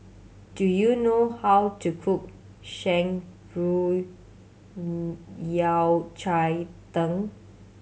do you know how to cook Shan Rui Yao Cai Tang